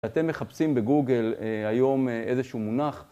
אתם מחפשים בגוגל היום איזשהו מונח